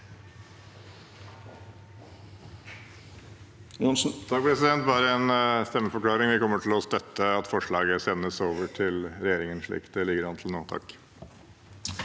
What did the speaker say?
har bare en stemmeforklaring: Vi kommer til å støtte at forslaget sendes over til regjeringen, slik det ligger an til nå.